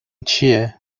چیه